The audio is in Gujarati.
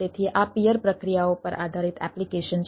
તેથી આ પીઅર પ્રક્રિયાઓ પર આધારિત એપ્લિકેશન છે